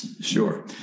Sure